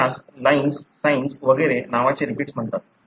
तर त्यास LINEs SINEs वगैरे नावाचे रिपीट्स म्हणतात